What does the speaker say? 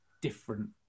different